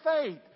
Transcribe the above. faith